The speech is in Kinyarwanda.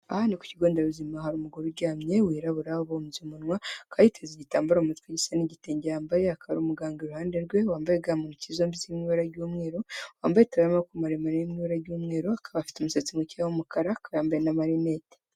Aha ni ku kigo nderabuzima hari umugore uryamye wirabura, ubumbye umunwa, akaba yiteze igitambaro mu mutwe gisa n'igitenge yambaye, hakaba hari umuganga iruhande rwe wambaye ga mu ntoki zombi ziri mu ibara ry'umweru, wambaye itiburiya y'amaboko maremare iri mu ibara ry'umweru, akaba afite umusatsi mukeya w'umukara, akaba yambaye n'amarinete.